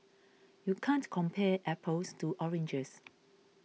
you can't compare apples to oranges